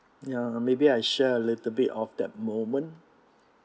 ya maybe I share a little bit of that moment